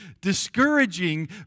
discouraging